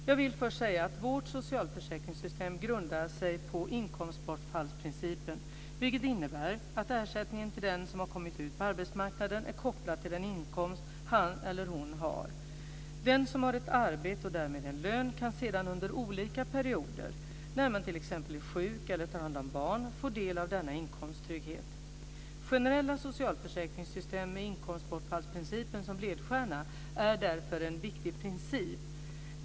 Jag vill först säga att vårt socialförsäkringssystem grundar sig på inkomstbortfallsprincipen, vilket innebär att ersättningen till den som har kommit ut på arbetsmarknaden är kopplad till den inkomst han eller hon har. Den som har ett arbete och därmed en lön kan sedan under olika perioder, när man t.ex. är sjuk eller tar hand om barn, få del av denna inkomsttrygghet. Generella socialförsäkringssystem med inkomstbortfallsprincipen som ledstjärna är därför en viktig princip.